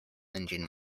engine